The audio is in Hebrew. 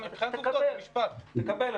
תקבל,